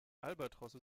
albatrosse